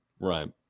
right